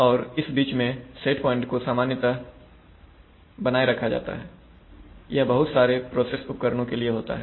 और इस बीच में सेट पॉइंट्स को सामान्यतः बनाए रखा जाता है यह बहुत सारे प्रोसेस उपकरणों के लिए होता है